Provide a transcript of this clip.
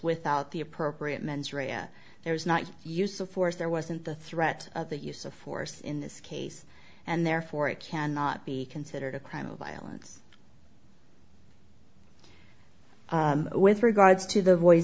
without the appropriate mens rea there was not use of force there wasn't the threat of the use of force in this case and therefore it cannot be considered a crime of violence with regards to the voice